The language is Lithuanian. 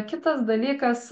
kitas dalykas